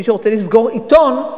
מי שרוצה לסגור עיתון,